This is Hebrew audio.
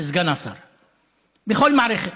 בכל מערכת.